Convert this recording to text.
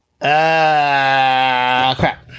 crap